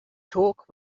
talk